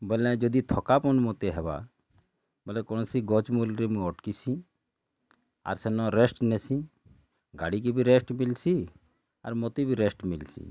ବୋଲେ ଯଦି ଥକାପଣ୍ ମୋତେ ହେବା ବୋଲେ କୌଣସି ଗଜ୍ ମୂଲରେ ମୁଇଁ ଅଟକିଛି ଆର୍ ସେନ ରେଷ୍ଟ୍ ନେସି ଗାଡ଼ିକି ବି ରେଷ୍ଟ୍ ମିଲ୍ସି ଆର୍ ମୋତେ ବି ରେଷ୍ଟ୍ ମିଲ୍ସି